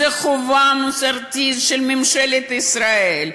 זו חובה מוסרית של ממשלת ישראל,